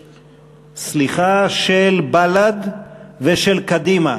סליחה, של בל"ד ושל קדימה.